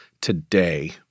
today